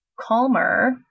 calmer